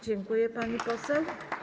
Dziękuję, pani poseł.